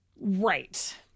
Right